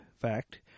fact